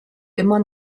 immer